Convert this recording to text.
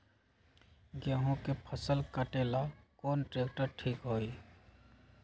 गेहूं के फसल कटेला कौन ट्रैक्टर ठीक होई?